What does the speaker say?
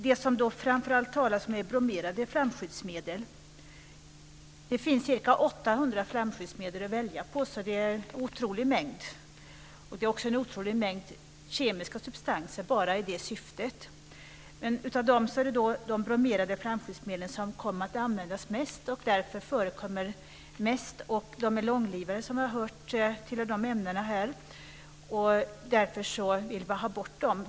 Det talas framför allt om bromerade flamskyddsmedel. Det finns ca 800 flamskyddsmedel att välja på, vilket är en otrolig mängd. Det är också en otrolig mängd kemiska substanser bara i detta syfte. Men det är de bromerade flamskyddsmedlen som har kommit att användas mest och därför förekommer mest. De är långlivade. Därför vill vi ha bort dem.